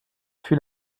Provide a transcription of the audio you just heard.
fut